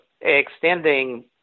extending